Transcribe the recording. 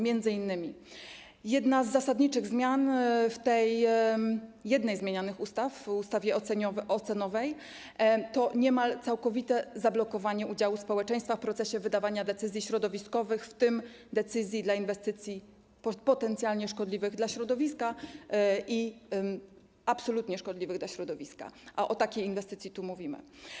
M.in. jedna z zasadniczych zmian w tej jednej ze zmienianych ustaw, w ustawie ocenowej, to niemal całkowite zablokowanie udziałów społeczeństwa w procesie wydawania decyzji środowiskowych, w tym decyzji dla inwestycji potencjalnie szkodliwych dla środowiska i absolutnie szkodliwych dla środowiska, a o takiej inwestycji tu mówimy.